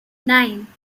nine